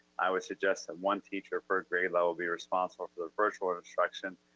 i would suggest that one teacher per grade level be responsible for the virtual instruction.